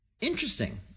Interesting